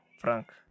Frank